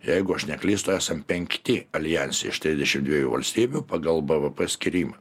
jeigu aš neklystu esam penkti aljanse iš trisdešim dviejų valstybių pagal bvp skyrimą